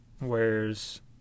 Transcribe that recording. wears